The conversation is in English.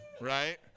right